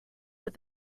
but